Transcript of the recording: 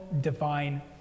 divine